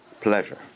pleasure